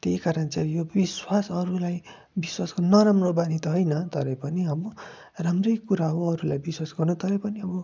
त्यही कारण चाहिँ यो विश्वास अरूलाई विश्वास गर्नु नराम्रो बानी त होइन तरै पनि अब राम्रै कुरा हो अरूलाई विश्वास गर्नु तरै पनि अब